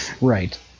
Right